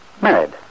Married